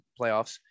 playoffs